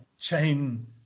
chain